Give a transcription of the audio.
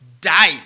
died